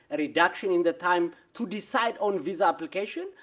a reduction in the time to decide on visa application,